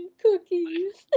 cookies.